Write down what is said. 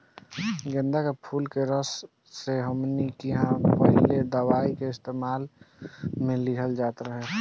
गेन्दा के फुल के रस से हमनी किहां पहिले दवाई के इस्तेमाल मे भी लिहल जात रहे